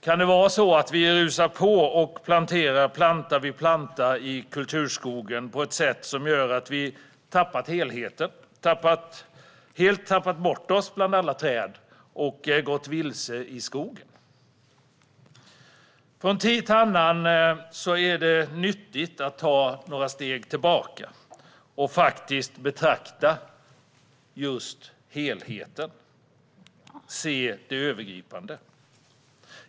Kan det vara så att vi rusar på och planterar planta vid planta i kulturskogen på ett sätt som gör att vi tappat helheten, helt tappat bort oss bland alla träd och gått vilse i skogen? Från tid till annan är det nyttigt att ta några steg tillbaka och faktiskt betrakta just helheten och se det övergripande.